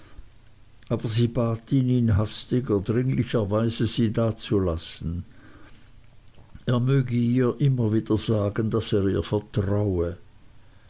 aber sie bat ihn in hastiger dringlicher weise sie dazulassen er möge ihr immer wieder sagen daß er ihr vertraue